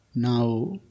Now